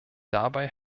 dabei